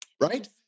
right